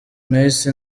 nahise